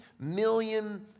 million